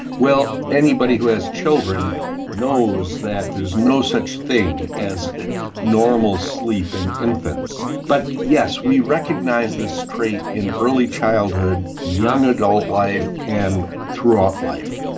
well, anybody who has children knows that there's no such thing as normal sleep in infants. but yes, we recognise this trait in early childhood, young adult life, and throughout life.